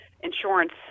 insurance